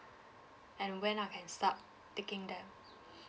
and when I can start taking them